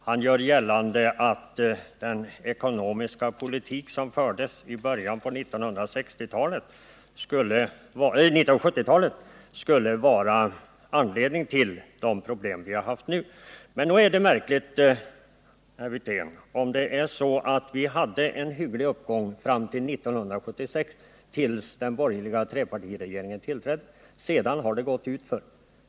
Han gör gällande att den ekonomiska politik som fördes i början på 1970-talet skulle vara anledningen till de problem vi nu har. Vi hade en hygglig uppgång fram till 1976, då den borgerliga trepartiregeringen tillträdde. Sedan har det gått utför.